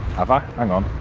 have i? hang on.